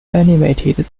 animated